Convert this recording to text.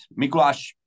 Mikuláš